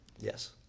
Yes